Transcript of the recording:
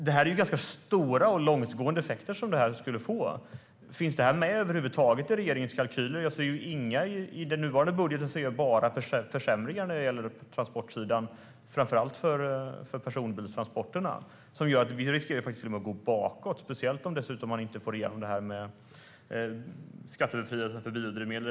Detta får ganska stora och långtgående effekter. Finns det med över huvud tagit i regeringens kalkyl? I den nuvarande budgeten ser jag bara försämringar för transportsidan, framför allt för personbilstransporterna. Det gör att utvecklingen riskerar att gå bakåt, speciellt om man inte får igenom skattebefrielsen för biodrivmedel.